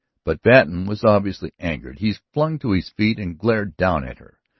but patten was obviously angered. he flung to his feet and glared down at her.